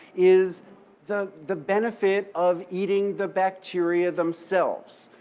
is the the benefit of eating the bacteria themselves.